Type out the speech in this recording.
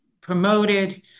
promoted